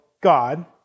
God